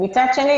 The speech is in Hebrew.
מצד שני,